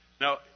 Now